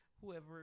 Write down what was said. whoever